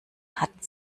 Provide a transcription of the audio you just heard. hat